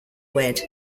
wed